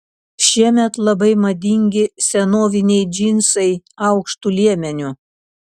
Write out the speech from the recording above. šiemet labai madingi senoviniai džinsai aukštu liemeniu